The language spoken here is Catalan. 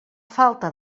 falta